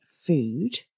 Food